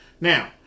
Now